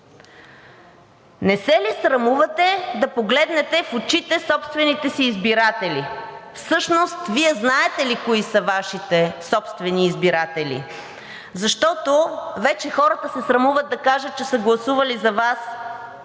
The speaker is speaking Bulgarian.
Не се ли срамувате да погледнете в очите собствените си избиратели? Всъщност Вие знаете ли кои са Вашите собствени избиратели? Защото вече хората се срамуват да кажат, че са гласували за Вас,